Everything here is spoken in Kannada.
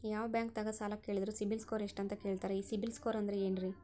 ಯಾವ ಬ್ಯಾಂಕ್ ದಾಗ ಸಾಲ ಕೇಳಿದರು ಸಿಬಿಲ್ ಸ್ಕೋರ್ ಎಷ್ಟು ಅಂತ ಕೇಳತಾರ, ಈ ಸಿಬಿಲ್ ಸ್ಕೋರ್ ಅಂದ್ರೆ ಏನ್ರಿ?